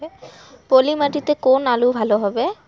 পলি মাটিতে কোন আলু ভালো হবে?